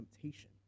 temptation